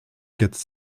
quatre